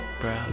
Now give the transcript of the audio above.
bro